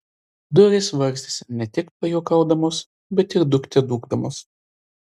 durys varstėsi ne tik pajuokaudamos bet ir dūkte dūkdamos